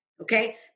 okay